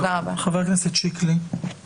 חבר הכנסת שיקלי, בבקשה.